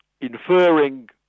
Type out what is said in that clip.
inferring